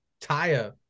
Taya